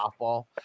softball